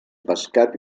pescat